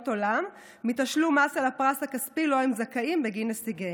עולם מתשלום מס על הפרס הכספי שלו הם זכאים בגין הישגיהם.